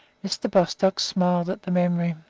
mr. bostock smiled at the memory.